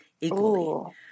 equally